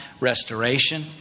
restoration